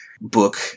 book